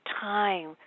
time